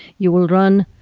you will run,